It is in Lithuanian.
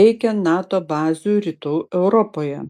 reikia nato bazių rytų europoje